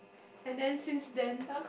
and then since then